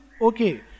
okay